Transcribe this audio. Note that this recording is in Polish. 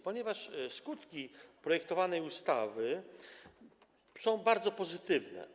Ponieważ skutki projektowanej ustawy są bardzo pozytywne.